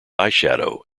eyeshadow